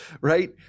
right